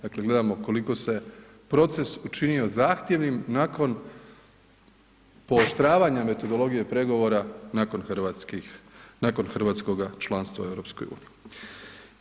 Dakle gledamo koliko se proces učinio zahtjevnim nakon pooštravanja metodologije pregovora nakon hrvatskoga članstva u EU-u.